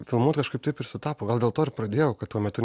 filmuot kažkaip taip ir sutapo gal dėl to ir pradėjau kad tuo metu